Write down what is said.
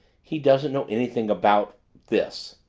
he doesn't know anything about this,